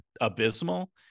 abysmal